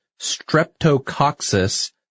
streptococcus